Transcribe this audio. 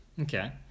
Okay